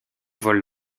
volent